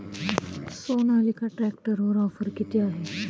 सोनालिका ट्रॅक्टरवर ऑफर किती आहे?